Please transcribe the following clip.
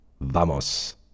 Vamos